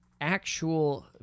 actual